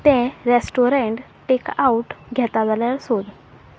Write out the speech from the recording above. तें restaurant takeout घेता जाल्यार सोद